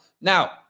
Now